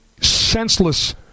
senseless